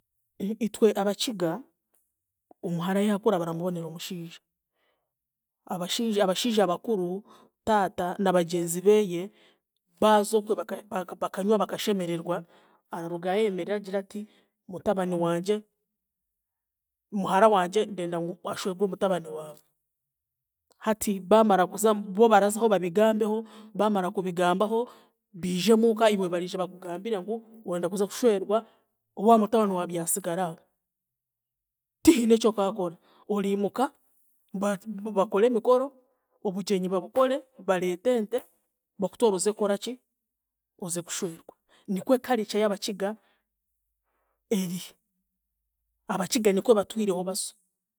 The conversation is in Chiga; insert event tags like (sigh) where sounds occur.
(hesitation) itwe Abakiga, omuhara yaakura baramubonera omushiija. Abashiija, abashiija bakuru; taata nabagyenzi beeye baaza okwe baka baka bakanywa bakashemererwa, ararugayo ayemerere agire ati mutabani wangye, muhara wangye ndenda ngu ashwegwe mutabani waawe. Hati baamara kuza bo barazaho babigambeho, baamara kubigambaho biije muuka iwe bariija bakugambire ngu orenda kuza kushwerwa owa mutabani wa Byasigaraho tihiine ekyokaakora, oriimuka, ba- bakore emikore, obugyenyi babukore, bareete ente bakutware oze kukoraki, oze kushwerwa, nikwe culture y'Abakiga eri, Abakiga nikwebatwireho baso.